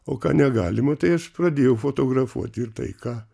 o ką negalima tai aš pradėjau fotografuot ir tai ką